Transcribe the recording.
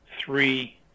three